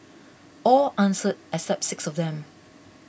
all answered except six of them